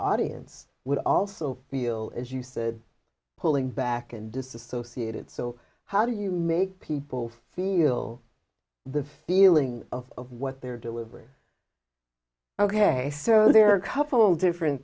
audience would also feel as you said pulling back and disassociated so how do you make people feel the feeling of of what they're delivered ok so there are a couple different